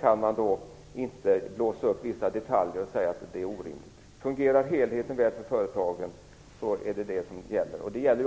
kan man inte blåsa upp vissa detaljer och säga att det är orimligt. Fungerar helheten väl för företagen är det detta som gäller.